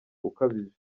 ukabije